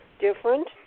different